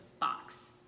box